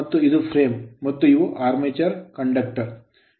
ಮತ್ತು ಇದು frame frame ಮತ್ತು ಇವು aramature conductor ಆರ್ಮೇಚರ್ ಕಂಡಕ್ಟರ್ ಗಳು